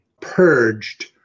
purged